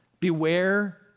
Beware